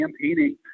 campaigning